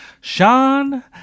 Sean